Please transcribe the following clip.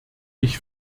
ich